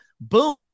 boom